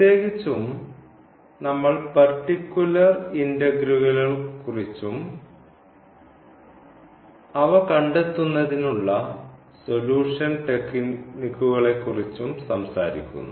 പ്രത്യേകിച്ചും നമ്മൾ പർട്ടിക്കുലർ ഇന്റഗ്രലുകളെക്കുറിച്ചും അവ കണ്ടെത്തുന്നതിനുള്ള സൊല്യൂഷൻ ടെക്നിക്കുകളെക്കുറിച്ചും സംസാരിക്കുന്നു